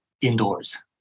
indoors